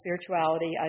spirituality